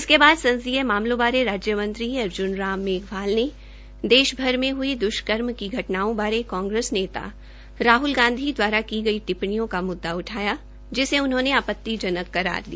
इसके बाद संसदीय मामलो बारे राज्य मंत्री अर्ज्न मेघवाल ने देश में हई द्वष्कर्म की घटनाओं बारे कांग्रेस नेता राहल गांधी दवारा दी गई टिप्पणियों का म्द्दा उठाया जिसे उन्होंने आपत्ति करार दिया